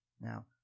Now